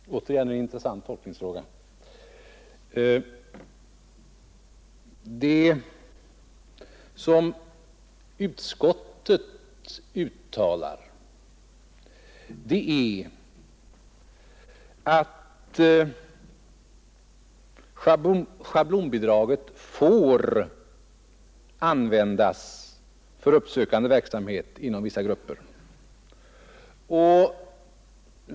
Herr talman! Återigen en intressant tolkningsfråga! Det som utskottet uttalar är att schablonbidraget får användas för uppsökande verksamhet inom vissa grupper.